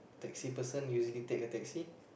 taxi person usually take a taxi